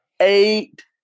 Eight